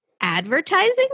advertising